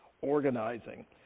organizing